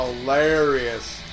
hilarious